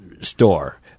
Store